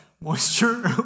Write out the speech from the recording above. moisture